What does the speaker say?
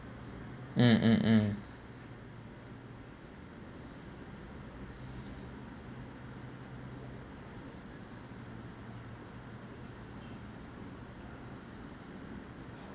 mm mm mm